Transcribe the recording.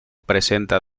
presenta